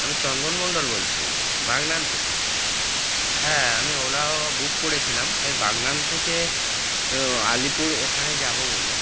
আমি চন্দন মন্ডল বলছি বাগনান থেকে হ্যাঁ আমি ওলাও বুক করেছিলাম আমি বাগনান থেকে আলিপুর ওখানে যাবো বলে